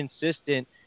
consistent